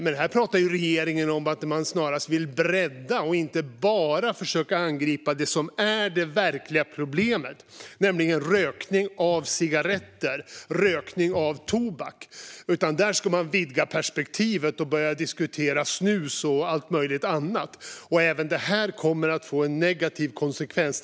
Men här pratar regeringen om att man snarast vill bredda perspektivet och inte bara försöka angripa det som är det verkliga problemet, nämligen rökning av cigaretter, rökning av tobak. Här ska man börja diskutera snus och allt möjligt annat. Även detta kommer att få en negativ konsekvens.